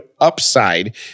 UPSIDE